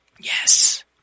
Yes